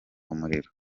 umuriro